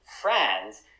friends